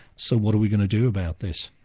so what are we going to do about this?